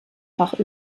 fach